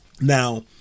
Now